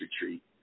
retreat